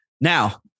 Now